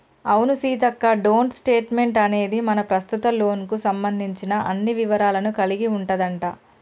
అవును సీతక్క డోంట్ స్టేట్మెంట్ అనేది మన ప్రస్తుత లోన్ కు సంబంధించిన అన్ని వివరాలను కలిగి ఉంటదంట